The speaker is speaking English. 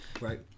Right